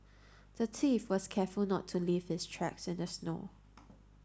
the thief was careful not to leave his tracks in the snow